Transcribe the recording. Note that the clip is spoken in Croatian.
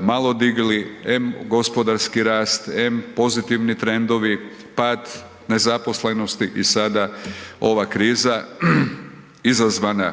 malo digli, em gospodarski rast, em pozitivni trendovi, pad nezaposlenosti i sada ova kriza izazvana